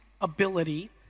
ability